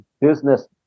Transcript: business